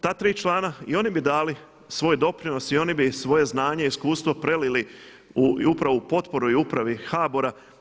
Ta tri člana i oni bi dali svoj doprinos i oni bi svoje znanje i iskustvo prelili upravo u potporu i Upravi HBOR-a.